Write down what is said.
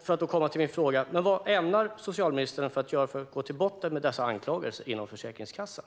Vad ämnar socialministern göra för att gå till botten med dessa anklagelser inom Försäkringskassan?